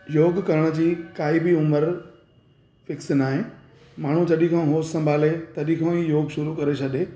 योग करण जी काई बि उमिरि फिक्स नाहे माण्हू जॾहिं खां होश संभाले तॾहिं खां ई योग शुरु करे छॾे